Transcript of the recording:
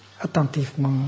attentivement